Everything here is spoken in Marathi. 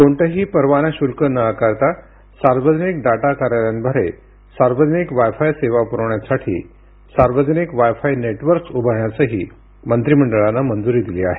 कोणतेही परवाना शुल्क न आकारता सार्वजनिक डाटा कार्यालयांद्वारे सार्वजनिक वाय फाय सेवा पुरविण्यासाठी सार्वजनिक वाय फाय नेटवर्क्स उभारण्यासही मंत्रीमंडळानं मंजुरी दिली आहे